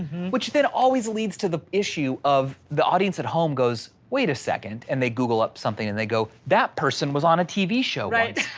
which that always leads to the issue of the audience at home goes, wait a second, and they google up something and they go, that person was on a tv show, right?